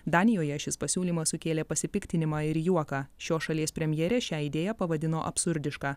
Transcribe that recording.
danijoje šis pasiūlymas sukėlė pasipiktinimą ir juoką šios šalies premjerė šią idėją pavadino absurdiška